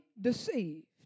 deceived